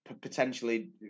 potentially